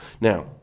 Now